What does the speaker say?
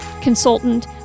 consultant